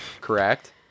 Correct